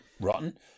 rotten